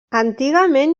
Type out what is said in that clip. antigament